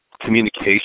Communication